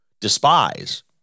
despise